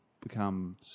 become